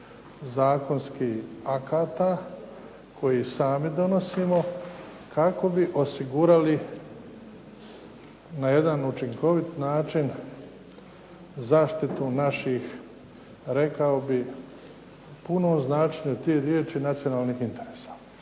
zakonskih akata koji sami donosimo kao bi osigurali na jedan učinkovit način zaštitu naših rekao bih puno značenje tih riječi nacionalnih interesa.